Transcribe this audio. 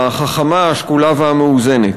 החכמה, השקולה והמאוזנת.